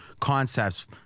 concepts